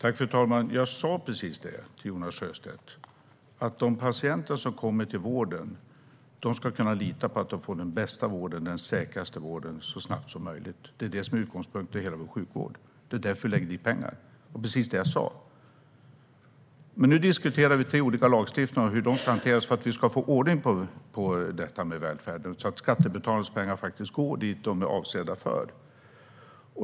Fru talman! Jag sa precis till Jonas Sjöstedt att de patienter som kommer till vården ska kunna lita på att de får den bästa och säkraste vården så snabbt som möjligt. Det är det som är utgångspunkten för hela vår sjukvård. Det är därför vi lägger dit pengar. Det var precis det jag sa. Nu diskuterar vi tre olika lagstiftningar och hur de ska hanteras för att vi ska få ordning på detta med välfärden så att skattebetalarnas pengar faktiskt går till det som de är avsedda för.